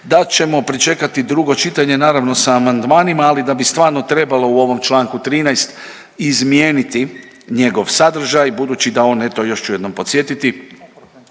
da ćemo pričekati drugo čitanje naravno sa amandmanima, ali da bi stvarno trebalo u ovom čl. 13. izmijeniti njegov sadržaj, budući da on eto još ću jednom podsjetiti